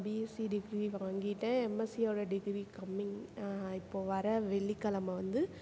BSc degree இப்போ வாங்கிவிட்டேன் MSc ஓட டிகிரி கம்மிங் இப்போது வர வெள்ளிக்கெழம வந்து